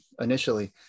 initially